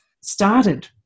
started